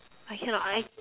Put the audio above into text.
I cannot I